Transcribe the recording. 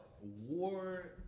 war